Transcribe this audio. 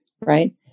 right